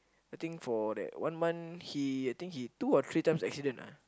I think for that one month he I think he two or three times accident ah